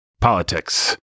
politics